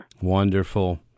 Wonderful